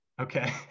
Okay